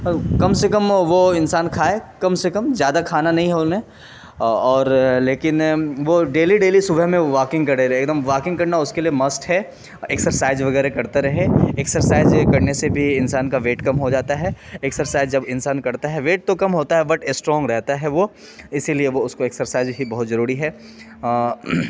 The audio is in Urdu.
کم سے کم وہ انسان کھائے کم سے کم زیادہ کھانا نہیں ہونے اور لیکن وہ ڈیلی ڈیلی صبح میں واکنگ کرے رہے ایک دم واکنگ کرنا اس کے لیے مسٹ ہے اور ایکسرسائج وغیرہ کرتا رہے ایکسرسائز کرنے سے بھی انسان کا ویٹ کم ہو جاتا ہے ایکسرسائز جب انسان کرتا ہے ویٹ تو کم ہوتا ہے بٹ اسٹرانگ رہتا ہے وہ اسی لیے وہ اس کو ایکسرسائج ہی بہت ضروری ہے